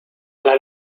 alla